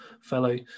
fellow